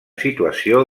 situació